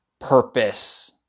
purpose